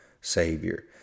Savior